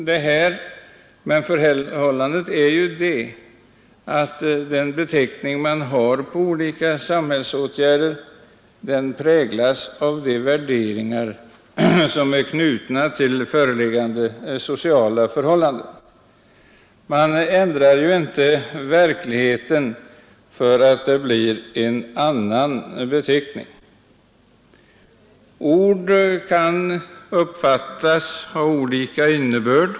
Detta kan vara bra, men den beteckning man har på olika samhällsåtgärder präglas av de värderingar som är knutna till föreliggande sociala förhållanden. Man ändrar inte verkligheten för att det blir en annan beteckning. Ord kan uppfattas som om de hade olika innebörd.